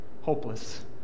hopeless